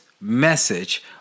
message